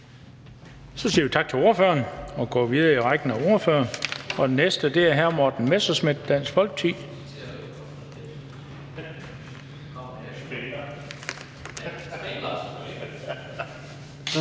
Så siger vi tak til ordføreren og går videre i rækken af ordførere. Den næste er hr. Morten Messerschmidt, Dansk Folkeparti.